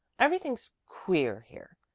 everything's queer here,